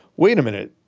wait a minute,